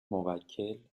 موکل